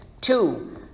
Two